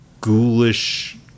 ghoulish